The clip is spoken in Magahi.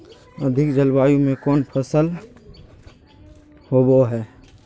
अधिक जलवायु में कौन फसल होबो है?